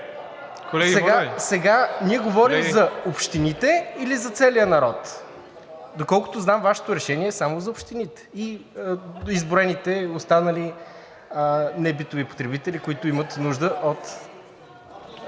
Сега ние говорим за общините или за целия народ. Доколкото знам, Вашето решение е само за общините и изброените останали небитови потребители, които имат нужда от